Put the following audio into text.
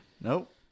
Nope